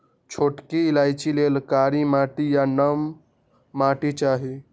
छोटकि इलाइचि लेल कारी माटि आ नम मौसम चाहि